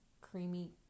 creamy